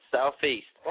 Southeast